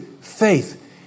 faith